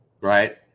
right